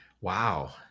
Wow